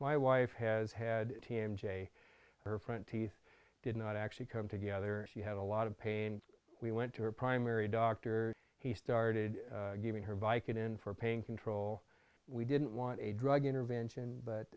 my wife has had t m j her front teeth did not actually come together and she had a lot of pain we went to her primary doctor he started giving her bike in for pain control we didn't want a drug intervention but